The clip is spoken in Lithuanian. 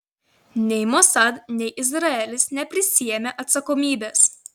nei mossad nei izraelis neprisiėmė atsakomybės